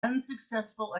unsuccessful